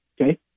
okay